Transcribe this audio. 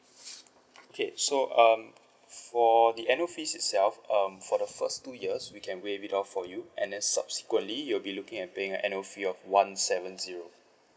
okay so um for the annual fees itself um for the first two years we can waive it off for you and then subsequently you'll be looking at paying a annual fee of one seven zero